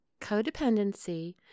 Codependency